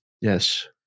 Yes